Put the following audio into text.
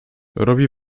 robi